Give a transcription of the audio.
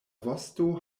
vosto